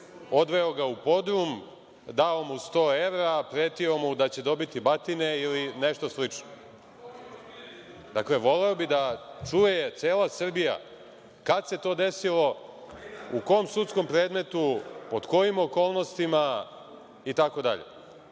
odveo ga u podrum, dao mu 100 evra, pretio mu da će dobiti batine ili nešto slično. Dakle, voleo bih da čuje cela Srbija kada se to desilo, u kom sudskom predmetu, pod kojim okolnostima itd. Još